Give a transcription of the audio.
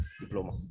diploma